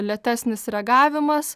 lėtesnis reagavimas